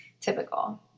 typical